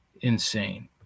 insane